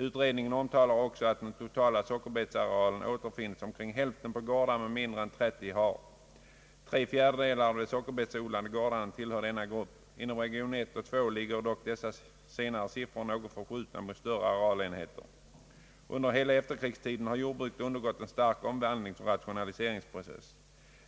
Utredningen omtalar också att av den totala sockerbetsarealen återfinns omkring hälften på gårdar med mindre än 30 ha. Tre fjärdedelar av de sockerbetsodlande gårdarna tillhör denna grupp. Inom region I och TI ligger dock dessa senare siffror något förskjutna mot större arealenheter. Under hela efterkrigstiden har jordbruket undergått en stark omvandlingsoch rationaliseringsprocess.